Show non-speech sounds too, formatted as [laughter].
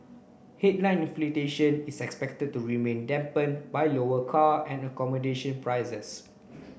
headline [unintelligible] is expected to remain dampened by lower car and accommodation prices